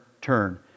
turn